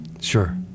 Sure